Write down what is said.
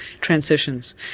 transitions